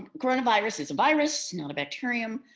coronavirus is a virus, not a bacterium.